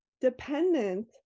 dependent